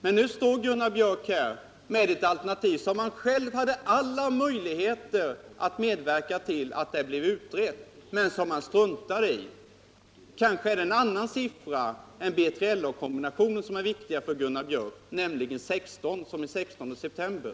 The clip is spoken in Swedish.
Men nu står Gunnar Björk här med ett alternativ som han själv hade alla möjligheter att medverka till utredning av. Det struntade han dock i. Kanske är det något annat än BILA-kombinationen som är viktigt för Gunnar Björk, nämligen de siffror som ingår i ett visst datum, den 16 september?